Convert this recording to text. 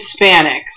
Hispanics